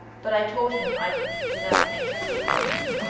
but i told him i'd picked it up and kept it for him.